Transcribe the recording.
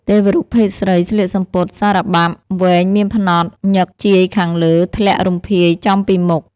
ទេវរូបភេទស្រីស្លៀកសំពត់ សារបាប់វែងមានផ្នត់ញឹកជាយខាងលើធ្លាក់រំភាយចំពីមុខ ។